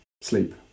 Sleep